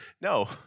no